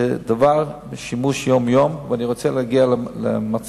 זה דבר שהוא בשימוש יומיומי, ואני רוצה להגיע למצב